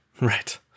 Right